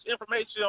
information